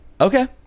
Okay